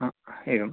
एवं